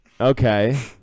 Okay